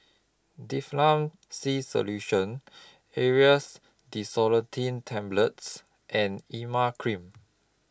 Difflam C Solution Aerius DesloratadineTablets and Emla Cream